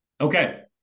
okay